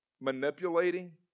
manipulating